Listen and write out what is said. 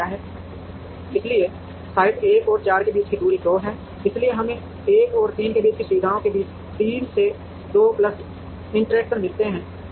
इसलिए साइट 1 और 4 के बीच की दूरी 2 है इसलिए हमें 1 और 3 के बीच सुविधाओं के बीच 3 से 2 प्लस इंटरैक्शन मिलते हैं